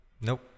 Nope